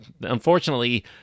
unfortunately